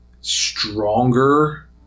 stronger